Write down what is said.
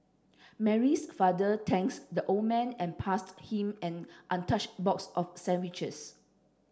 Mary's father thanks the old man and passed him an untouched box of sandwiches